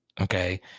okay